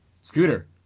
Scooter